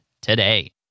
today